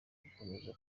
gukomeza